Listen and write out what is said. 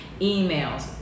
emails